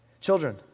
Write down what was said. children